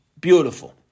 Beautiful